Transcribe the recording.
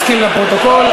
מסכים לפרוטוקול.